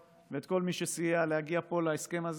ואת כל מי שסייע להגיע פה להסכם הזה.